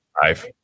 five